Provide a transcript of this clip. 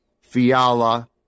Fiala